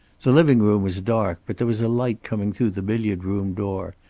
the living-room was dark, but there was a light coming through the billiard room door,